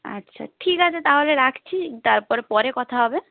আচ্ছা ঠিক আছে তাহলে রাখছি তারপর পরে কথা হবে